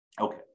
okay